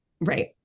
right